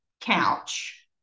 couch